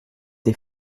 des